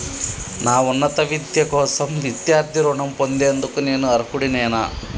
నా ఉన్నత విద్య కోసం విద్యార్థి రుణం పొందేందుకు నేను అర్హుడినేనా?